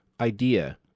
idea